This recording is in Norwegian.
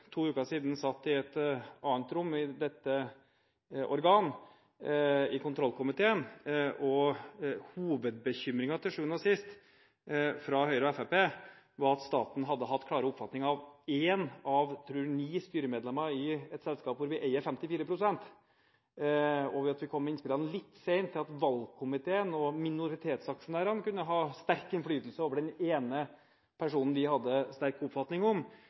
to uker siden satt i et annet rom i dette organ, i kontrollkomiteen, og hovedbekymringen fra Høyre og Fremskrittspartiet til sjuende og sist var at staten hadde hatt klare oppfatninger av én av – jeg tror – ni styremedlemmer i et selskap hvor vi eier 54 pst., og at vi kom med innspillene litt sent til at valgkomiteen og minoritetsaksjonærene kunne ha sterk innflytelse over den ene personen vi hadde sterk oppfatning om,